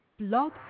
blog